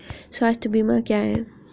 स्वास्थ्य बीमा क्या है?